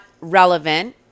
relevant